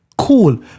Cool